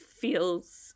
feels